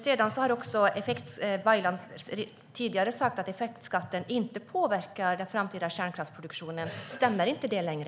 Baylan har tidigare sagt att effektskatten inte påverkar den framtida kärnkraftsproduktionen. Stämmer inte det längre?